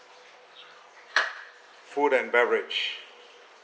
food and beverage